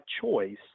choice